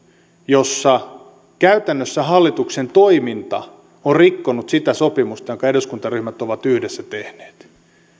jossa käytännössä hallituksen toiminta on rikkonut sitä sopimusta jonka eduskuntaryhmät ovat yhdessä tehneet